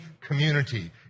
community